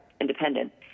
Independent